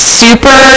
super